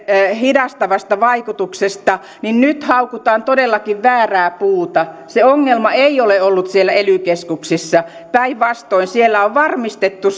hidastavasta vaikutuksesta niin nyt haukutaan todellakin väärää puuta se ongelma ei ole ollut siellä ely keskuksissa päinvastoin niissä on varmistettu